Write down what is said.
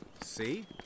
See